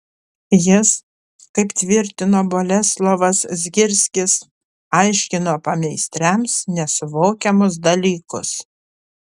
jis kaip tvirtino boleslovas zgirskis aiškino pameistriams nesuvokiamus dalykus